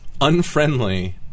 Unfriendly